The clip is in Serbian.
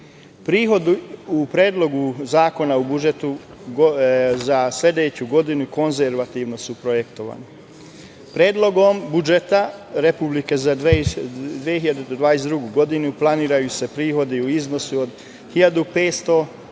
u Predlogu zakona o budžetu za sledeću godinu konzervativno su projektovani. Predlogom budžeta Republike Srbije za 2022. godinu planiraju se prihodi u iznosu od 1.517 milijardi